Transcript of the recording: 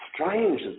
Strange